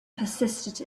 persisted